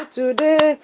today